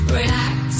relax